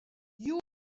you